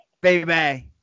baby